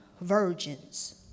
virgins